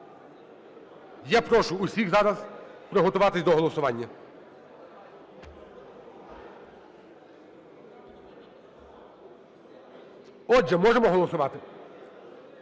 Я прошу усіх зараз приготуватися до голосування. Отже, можемо проголосувати.